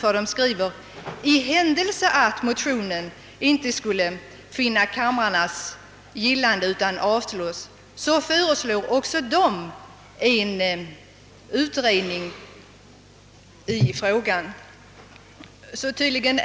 Förbundet skriver i sitt yttrande, att i händelse av att motionerna inte skulle vinna kamrarnas gillande, så bör en utredning i frågan tillsättas.